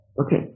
Okay